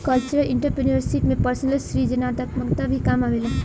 cultural entrepreneurship में personal सृजनात्मकता भी काम आवेला